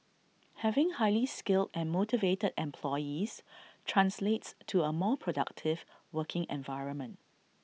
having highly skilled and motivated employees translates to A more productive working environment